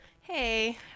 Hey